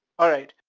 alright.